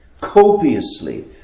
copiously